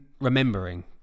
remembering